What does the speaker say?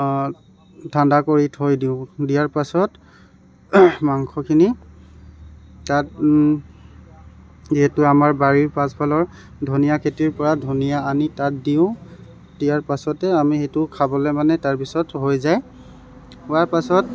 ঠাণ্ডা কৰি থৈ দিওঁ দিয়াৰ পাছত মাংসখিনি তাত যিহেতু আমাৰ বাৰীৰ পাছফালৰ ধনীয়া খেতিৰ পৰা ধনীয়া আনি তাত দিওঁ দিয়াৰ পাছতে আমি সেইটো খাবলৈ মানে তাৰপিছত হৈ যায় হোৱাৰ পাছত